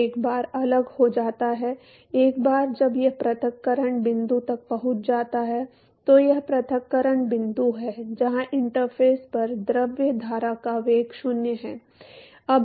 अब एक बार अलग हो जाता है एक बार जब यह पृथक्करण बिंदु तक पहुँच जाता है तो यह पृथक्करण बिंदु है जहाँ इंटरफ़ेस पर द्रव धारा का वेग 0 है